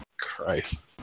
Christ